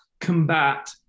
combat